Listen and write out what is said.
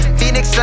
Phoenix